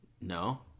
No